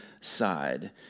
side